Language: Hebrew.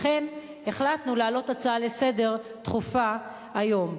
לכן החלטנו להעלות הצעה דחופה לסדר-היום, היום.